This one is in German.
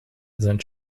sein